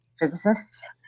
physicists